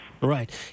Right